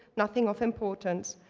nothing of importance,